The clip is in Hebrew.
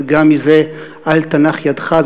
וגם מזה אל תנח ידך".